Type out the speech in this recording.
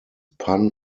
pun